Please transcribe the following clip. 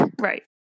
Right